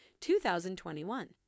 2021